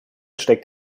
steckt